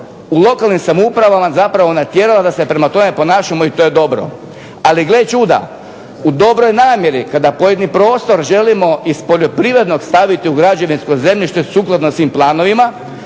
u lokalnim samoupravama zapravo natjerala da se prema tome ponašamo, i to je dobro. Ali gle čuda, u dobroj namjeri kada pojedini prostor želimo iz poljoprivrednog staviti u građevinsko zemljište sukladno svim planovima